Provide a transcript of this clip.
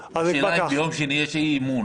השאלה אם ביום שני יש אי-אמון.